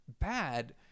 bad